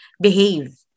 behave